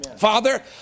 Father